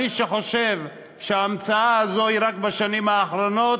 מי שחושב שההמצאה הזאת היא רק בשנים האחרונות,